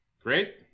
Great